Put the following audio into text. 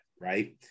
right